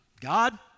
God